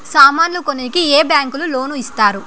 సామాన్లు కొనేకి ఏ బ్యాంకులు లోను ఇస్తారు?